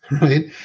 right